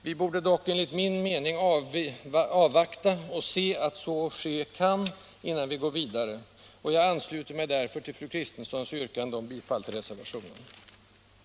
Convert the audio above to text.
Vi borde dock enligt min mening avvakta och verkligen se att så kan ske, innan vi går vidare. Jag ansluter mig därför till fru Kristenssons yrkande om bifall till reservationen. den det ej vill röstar nej.